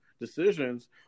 decisions